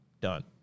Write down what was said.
Done